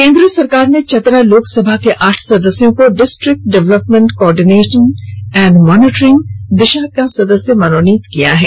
केन्द्र सरकार ने चतरा लोकसभा के आठ सदस्यों को district development coordination and monitoring Disha का सदस्य मनोनीत किया है